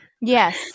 Yes